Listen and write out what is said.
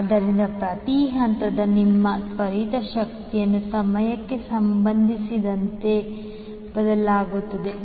ಆದ್ದರಿಂದ ಪ್ರತಿ ಹಂತದ ನಿಮ್ಮ ತ್ವರಿತ ಶಕ್ತಿಯು ಸಮಯಕ್ಕೆ ಸಂಬಂಧಿಸಿದಂತೆ ಬದಲಾಗುತ್ತದೆ